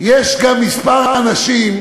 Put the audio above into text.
יש גם כמה אנשים,